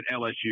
LSU